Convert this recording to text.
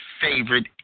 favorite